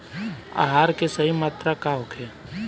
आहार के सही मात्रा का होखे?